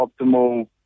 optimal